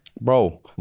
bro